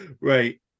Right